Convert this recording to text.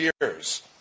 years